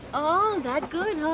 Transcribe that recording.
oh, that good,